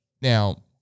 Now